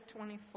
24